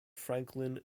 franklin